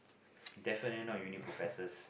definitely not uni professors